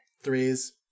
Threes